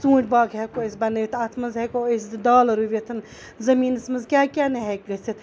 ژوٗنٛٹھۍ باغ ہیٚکو أسۍ بَنٲوِتھ اَتھ منٛز ہیٚکو أسۍ دالہٕ رُوِتھ زٔمیٖنَس منٛز کیٛاہ کیٛاہ نہٕ ہیٚکہِ گٔژھِتھ